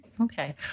Okay